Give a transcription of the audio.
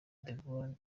degaule